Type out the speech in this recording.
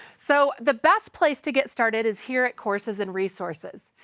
so, the best place to get started is here at courses and resources.